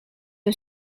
een